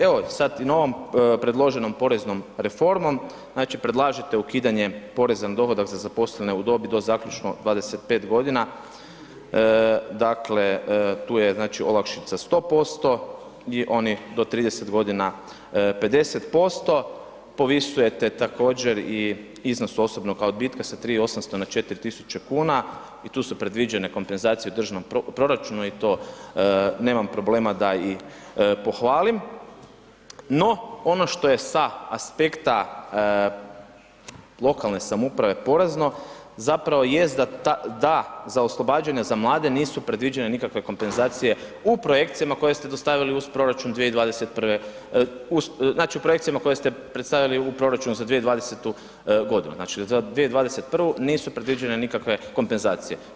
Evo, sad i novom predloženom poreznom reformom, znači predlažete ukidanje poreza na dohodak za zaposlene u dobi do zaključno 25 g. dakle tu je znači olakšica 100% i oni do 30 g. 50%, povisujete također i iznos osobnog odbitka sa 3800 na 4000 kuna i tu su predviđene kompenzacije u državnom proračunu i tu nemam problema da i pohvalim, no ono što je sa aspekta lokalne samouprave porazno, zapravo jest da za oslobađanje za mlade nisu predviđene nikakve kompenzacije u projekcijama koje ste dostavili uz proračun 2021., znači u projekcijama koje se predstavili u proračunu za 2020. g., znači za 2021. nisu predviđene nikakve kompenzacije.